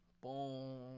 Boom